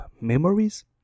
memories